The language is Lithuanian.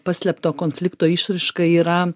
paslėpto konflikto išraiška yra